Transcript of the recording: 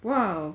!wow!